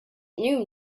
knew